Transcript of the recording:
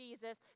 Jesus